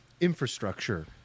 infrastructure